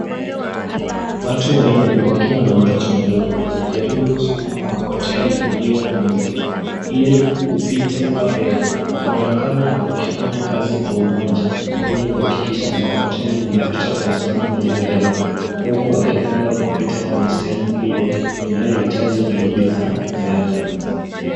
Watu wanne wakiwa na mtoto mdogo wanajaribu kuskuma mkokoteni iliyo na mizigo ili kupita kwa reli. Wanaonekana wakifanya kazi kwa umoja ili kuhakikisha mkokoteni unapita kwa usalama juu ya reli huku wakilenga kupita kwenye sehemu hiyo inayohitaji juhudi za ziada.